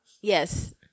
Yes